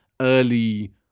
early